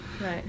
Right